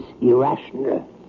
irrational